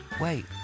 wait